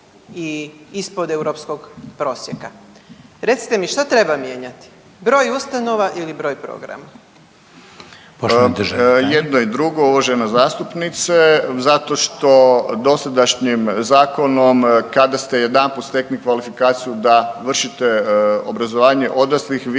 i ispod europskog prosjeka. Recite mi šta treba mijenjati broj ustanova ili broj programa? **Reiner, Željko (HDZ)** Poštovani državni tajnik. **Paljak, Tomislav** Jedno i drugo uvažena zastupnice, zato što dosadašnjim zakonom kada ste jedanput stekli kvalifikaciju da vršite obrazovanje odraslih